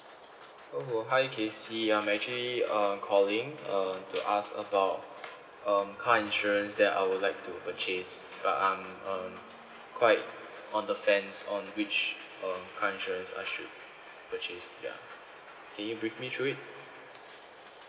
oh hi kacey I'm actually uh calling uh to ask about um car insurance that I would like to purchase but I'm um quite on the fence on which uh car insurance I should purchase ya can you brief me through it